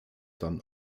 dann